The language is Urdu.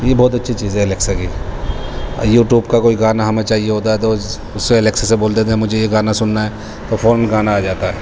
یہ بہت اچھی چیز ہے الیکسا کی یوٹیوب کا کوئی گانا ہمیں چاہیے ہوتا ہے تو اس سے الیکسا سے بول دیتے ہیں مجھے یہ گانا سننا ہے تو فوراً گانا آ جاتا ہے